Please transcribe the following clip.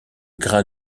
grains